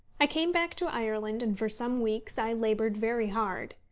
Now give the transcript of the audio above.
i came back to ireland, and for some weeks i laboured very hard.